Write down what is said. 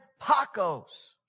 Pacos